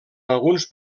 alguns